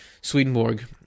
Swedenborg